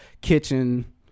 kitchen